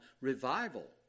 revival